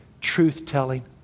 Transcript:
truth-telling